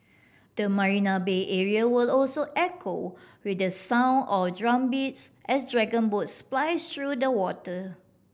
the Marina Bay area will also echo with the sound of drumbeats as dragon boats splice through the water